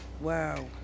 Wow